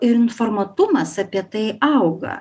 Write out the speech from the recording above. informuotumas apie tai auga